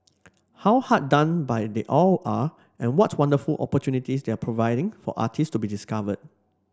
how hard done by they all are and what wonderful opportunities they're providing for artists to be discovered